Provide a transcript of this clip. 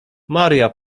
maria